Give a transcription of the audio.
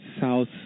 South